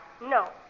No